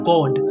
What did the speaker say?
God